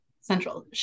central